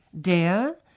DER